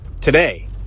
today